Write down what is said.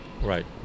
Right